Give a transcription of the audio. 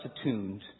attuned